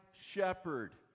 shepherd